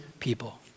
people